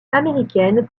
américaine